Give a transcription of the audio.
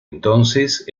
entonces